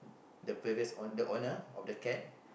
the previous owner the owner of the cat